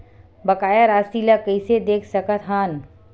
बकाया राशि ला कइसे देख सकत हान?